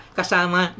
kasama